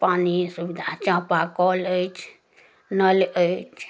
पानी सुविधा चापाकल अछि नल अछि